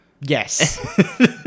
Yes